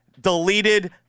deleted